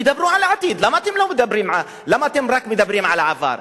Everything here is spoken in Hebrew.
תדברו על העתיד, למה אתם מדברים רק על העבר?